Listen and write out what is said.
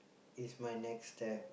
is my next step